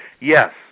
Yes